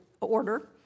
order